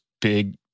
big